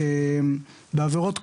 בעבירות קלות,